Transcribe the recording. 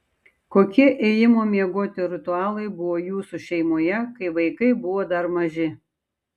kokie ėjimo miegoti ritualai buvo jūsų šeimoje kai vaikai buvo dar maži